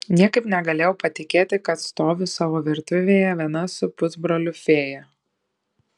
niekaip negalėjau patikėti kad stoviu savo virtuvėje viena su pusbroliu fėja